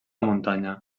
muntanya